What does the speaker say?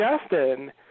Justin